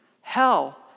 hell